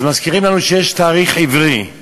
אז מזכירים לנו שיש תאריך עברי,